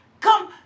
come